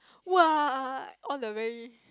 !wah! all the very